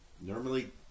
Normally